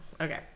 Okay